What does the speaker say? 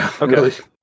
Okay